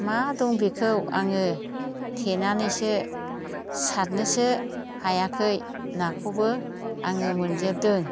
मा दं बेखौ आङो थेनानैसो सारनोसो हायाखै नाखौबो आङो मोनजोबदों